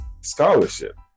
scholarship